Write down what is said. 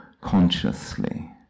consciously